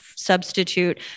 Substitute